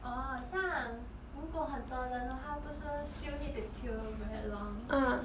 orh 这样如果很多人的话不是 still need to queue very long